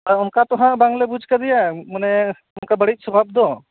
ᱟᱨ ᱚᱱᱠᱟ ᱛᱚ ᱦᱟᱜ ᱵᱟᱝᱞᱮ ᱵᱩᱡᱽ ᱟᱠᱟᱫᱮᱭᱟ ᱢᱟᱱᱮ ᱚᱱᱠᱟ ᱵᱟᱹᱲᱤᱡ ᱥᱚᱵᱷᱟᱵ ᱫᱚ